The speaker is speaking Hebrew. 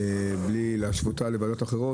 בלי השוואתה לוועדות אחרות,